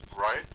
right